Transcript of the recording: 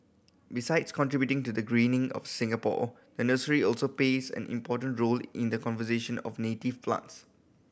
besides contributing to the greening of Singapore the nursery also plays an important role in the conservation of native plants